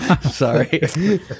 sorry